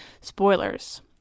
spoilers